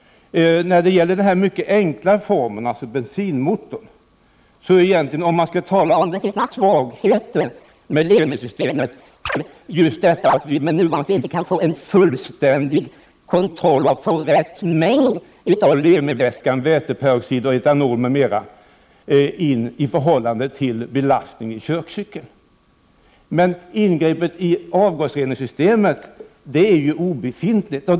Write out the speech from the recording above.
Om man nu skall tala om eventuella svagheter med Lemi-systemet i fråga om bensinmotorn, handlar det väl just om att det inte går att få en fullständig kontroll här. Det gäller bl.a. den rätta mängden Lemi-vätska i förhållande till belastningen i körcykeln. Något ingrepp i avgasreningssystemet kan man dock inte tala om.